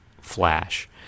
Flash